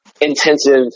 Intensive